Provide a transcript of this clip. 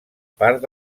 part